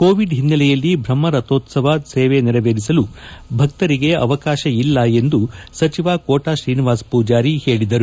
Covid ಹಿನ್ನೆಲೆಯಲ್ಲಿ ಬ್ರಹ್ಮ ರಥೋತ್ಸವ ಸೇವೆ ನೆರವೇರಿಸಲು ಭಕ್ತರಿಗೆ ಅವಕಾಶ ಇಲ್ಲ ಎಂದು ಸಚಿವ ಕೋಟಾ ಶ್ರೀನಿವಾಸ ಪೂಜಾರಿ ಹೇಳಿದರು